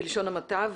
בלשון המעטה,